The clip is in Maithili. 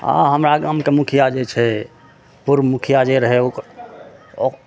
हमरा गामके मुखिआ जे छै पूर्व मुखिआ जे रहय ओ ओ